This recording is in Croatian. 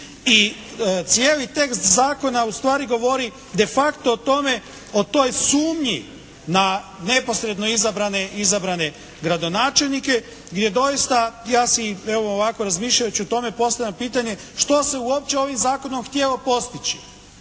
I cijeli tekst zakona ustvari govori de facto o tome, o toj sumnji na neposredno izabrane gradonačelnike gdje doista ja si evo ovako razmišljajući o tome postavljam pitanje, što se uopće ovim zakonom htjelo postići.